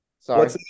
Sorry